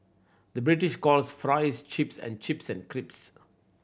the British calls fries chips and chips and crisps